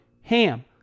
HAM